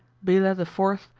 bela the fourth,